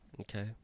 okay